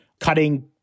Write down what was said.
cutting